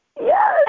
Yes